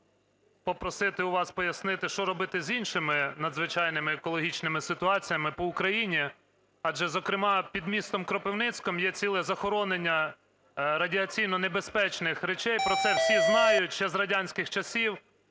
попросити у вас пояснити, що робити з іншими надзвичайними екологічними ситуаціями по Україні? Адже, зокрема, під містом Кропивницьким є ціле захоронення радіаційно небезпечних речей. Про це всі знають ще з радянських часів.